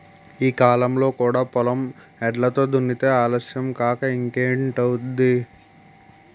ఈ కాలంలో కూడా పొలం ఎడ్లతో దున్నితే ఆలస్యం కాక ఇంకేటౌద్ది?